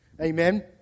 Amen